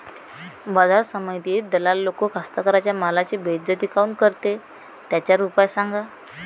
बाजार समितीत दलाल लोक कास्ताकाराच्या मालाची बेइज्जती काऊन करते? त्याच्यावर उपाव सांगा